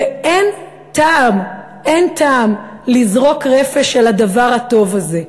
ואין טעם, אין טעם לזרוק רפש על הדבר הטוב הזה.